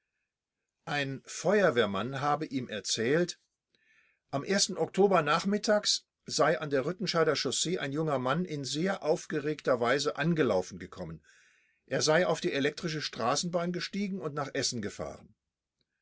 ein feuerwehrmann habe ihm erzählt am oktober nachmittags sei an der rüttenscheider chaussee ein junger mann in sehr aufgeregter weise angelaufen gekommen er sei auf die elektrische straßenbahn gestiegen und nach essen gefahren